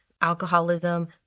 alcoholism